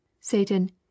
satan